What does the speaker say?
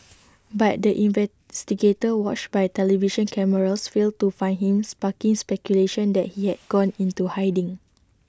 but the investigators watched by television cameras failed to find him sparking speculation that he had gone into hiding